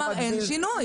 כלומר, אין שינוי.